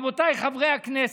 רבותיי חברי הכנסת: